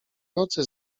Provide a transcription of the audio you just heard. nocy